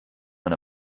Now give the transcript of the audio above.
man